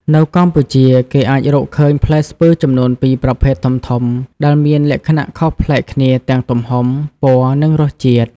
នៅកម្ពុជា គេអាចរកឃើញផ្លែស្ពឺចំនួន ២ ប្រភេទធំៗ ដែលមានលក្ខណៈខុសប្លែកគ្នាទាំងទំហំ ពណ៌ និងរសជាតិ។